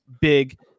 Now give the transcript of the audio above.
big